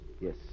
Yes